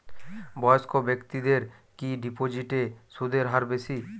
বয়স্ক ব্যেক্তিদের কি ডিপোজিটে সুদের হার বেশি?